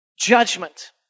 judgment